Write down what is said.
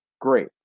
Great